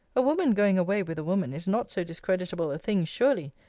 a woman going away with a woman is not so discreditable a thing, surely!